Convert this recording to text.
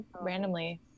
randomly